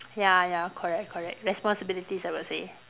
ya ya correct correct responsibilities I would say